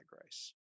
grace